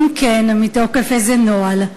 2. אם כן, מתוקף איזה נוהל?